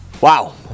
Wow